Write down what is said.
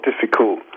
difficult